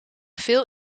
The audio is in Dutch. veel